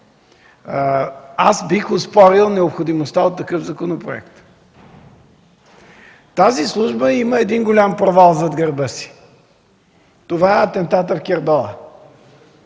Бих оспорил необходимостта от такъв законопроект. Тази служба има един голям провал зад гърба си – това е атентатът в Кербала,